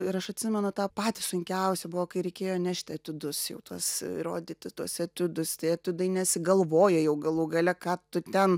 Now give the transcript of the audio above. ir aš atsimenu tą patį sunkiausią buvo kai reikėjo nešti etiudus jau tuos rodyti tuos etiudus tie etiudai nesigalvoja jau galų gale ką tu ten